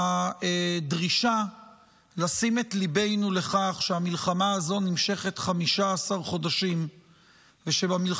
הדרישה לשים את ליבנו לכך שהמלחמה הזו נמשכת 15 חודשים ושבמלחמה